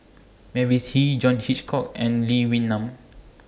Mavis Hee John Hitchcock and Lee Wee Nam